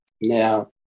Now